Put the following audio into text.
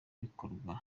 bikorwa